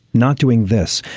not doing this.